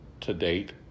to-date